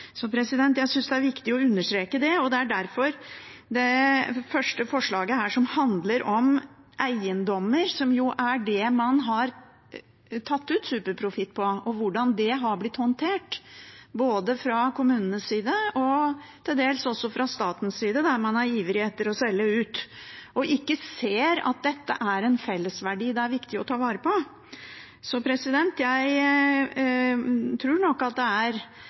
Jeg synes det er viktig å understreke det, og det er derfor det første forslaget handler om eiendommer, som jo er det man har tatt ut superprofitt på, hvordan det har blitt håndtert både fra kommunenes side og til dels også fra statens side, der man er ivrig etter å selge ut og ikke ser at dette er en fellesverdi det er viktig å ta vare på. Jeg tror nok at det ikke bare er